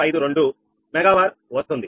452 megawatt వస్తుంది